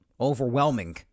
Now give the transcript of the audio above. overwhelming